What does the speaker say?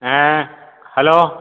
ഏ ഹലോ